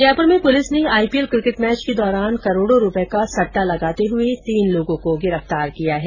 जयपुर में पुलिस ने IPL cricket match के दौरान करोड़ो रूपये का सट्टा लगाते हुए तीन लोगों को गिरफ्तार किया है